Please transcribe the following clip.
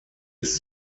ist